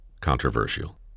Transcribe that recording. controversial